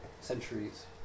centuries